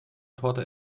torte